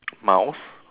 mouse